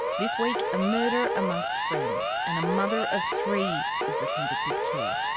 this week a murder amongst friends. and a mother of three is the convicted killer.